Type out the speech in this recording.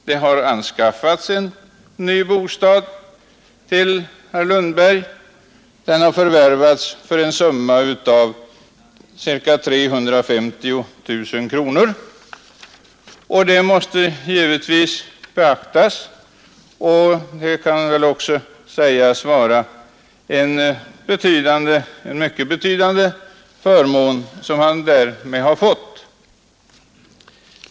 Det har anskaffats en ny bostad till herr Lundberg; den har förvärvats för en summa av ca 350 000 kronor. Detta måste givetvis beaktas, och det kan också sägas vara en mycket betydande förmån som han därmed har fått.